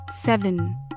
seven